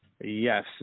Yes